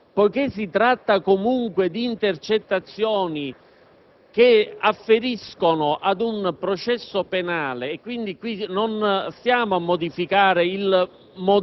poiché si tratta comunque di intercettazioni che afferiscono ad un processo penale e qui non si intende modificare il